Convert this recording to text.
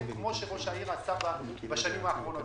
כמו שראש העיר עשה בשנים האחרונות,